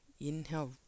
Inhale